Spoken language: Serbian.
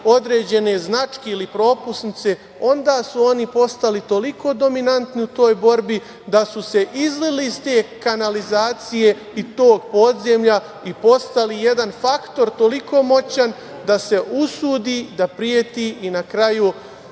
određene značke ili propusnice, onda su oni postali toliko dominantni u toj borbi da su se izlili iz te kanalizacije i tog podzemlja i postali jedan faktor toliko moćan da se usudi da preti i na kraju